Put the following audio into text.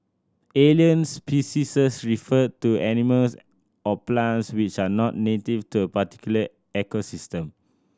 alien species refer to animals or plants which are not native to a particular ecosystem